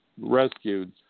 rescued